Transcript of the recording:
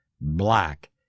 black